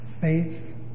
faith